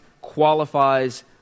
qualifies